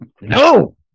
No